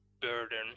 burden